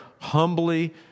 humbly